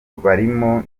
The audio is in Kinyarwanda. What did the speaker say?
barimo